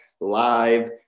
live